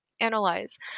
analyze